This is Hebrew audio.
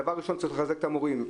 דבר ראשון צריך לחזק את המורים.